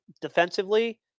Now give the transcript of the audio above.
defensively